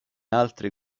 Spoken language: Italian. altri